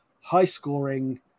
high-scoring